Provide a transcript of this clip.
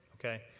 okay